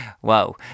Whoa